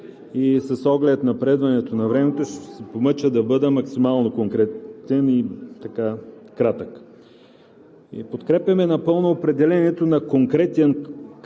и с оглед напредването на времето, ще се помъча да бъда максимално конкретен и кратък. Ние подкрепяме напълно определението на конкретен кръг